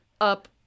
up